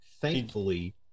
thankfully